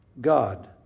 God